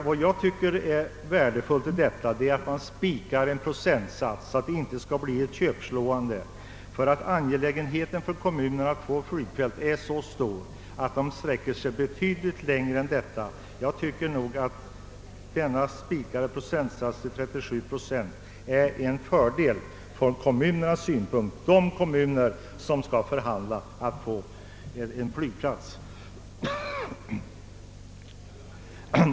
Vad jag finner värdefullt i detta förslag är att man spikar en procentsats, så att det inte behöver bli något köpslående. Det är nämligen så angeläget för kommunerna att få flygfält att de gärna sträcker sig betydligt längre. Fördenskull innebär dessa 37,9 procent en fördel för de kommuner som skall förhandla om att få en flygplats.